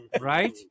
Right